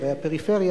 ערי הפריפריה,